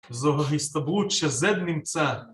זו ההסתברות ש-Z נמצא